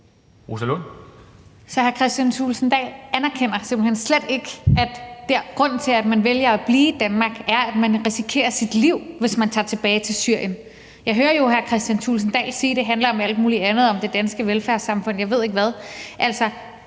Så hr. Kristian Thulesen Dahl anerkender simpelt hen slet ikke, at grunden til, at man vælger at blive i Danmark, er, at man risikerer sit liv, hvis man tager tilbage til Syrien. Jeg hører jo hr. Kristian Thulesen Dahl sige, at det handler om alt muligt andet – om det danske velfærdssamfund, og jeg ved ikke hvad. Altså,